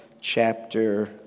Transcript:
chapter